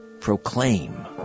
proclaim